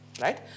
right